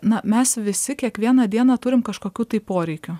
na mes visi kiekvieną dieną turim kažkokių tai poreikių